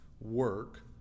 work